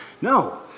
No